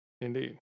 Indeed